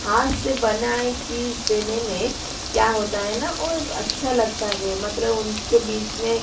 हाथ से बनाई चीज़ देने में क्या होता है ना वो एक अच्छा लगता है मतलब उनके बीच में